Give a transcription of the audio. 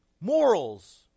morals